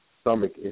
stomach